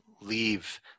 leave